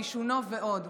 דישונו ועוד.